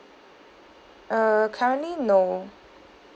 err currently no